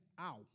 Ow